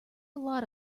lot